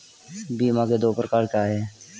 बीमा के दो प्रकार क्या हैं?